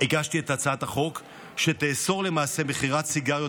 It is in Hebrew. הגשתי את הצעת החוק שתאסור למעשה מכירת סיגריות